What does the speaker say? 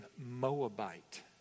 Moabite